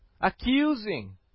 Accusing